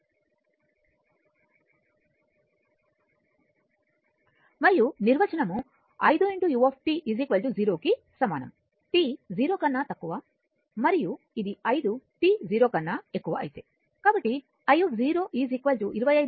మరియు నిర్వచనం 5 u 0 కి సమానం t 0 కన్నా తక్కువ మరియు ఇది 5 t 0 కన్నా ఎక్కువ ఐతే